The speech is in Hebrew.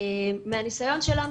מהניסיון שלנו,